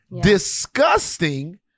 disgusting